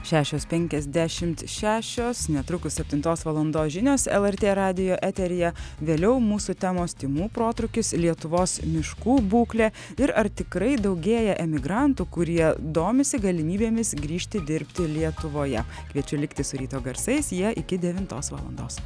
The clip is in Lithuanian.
šešios penkiasdešimt šešios netrukus septintos valandos žinios lrt radijo eteryje vėliau mūsų temos tymų protrūkis lietuvos miškų būklė ir ar tikrai daugėja emigrantų kurie domisi galimybėmis grįžti dirbti lietuvoje kviečiu likti su ryto garsais jie iki devintos valandos